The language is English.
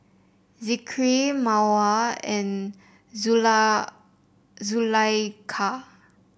Zikri Mawar and Zulaikha